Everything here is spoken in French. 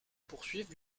poursuivent